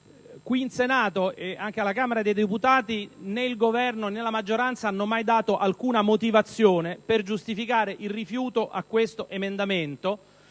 qui in Senato, e anche alla Camera dei deputati, né il Governo né la maggioranza hanno mai dato alcuna motivazione per giustificare il rifiuto opposto a questo emendamento,